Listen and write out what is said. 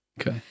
Okay